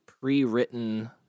pre-written